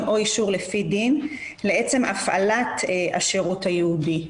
או אישור לפי דין לעצם הפעלת השירות הייעודי".